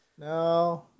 no